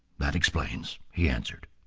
that explains he answered.